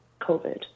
COVID